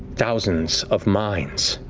thousands of minds